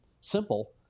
simple